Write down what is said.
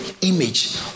image